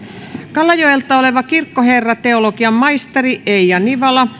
kalajoelta oleva kirkkoherra teologian maisteri eija nivala